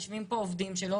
יושבים פה עובדים שלא